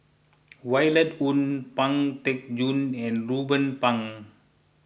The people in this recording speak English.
Violet Oon Pang Teck Joon and Ruben Pang